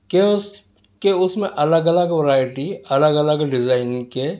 کہ اس کہ اس میں الگ الگ ورائٹی الگ الگ ڈزائنگ کے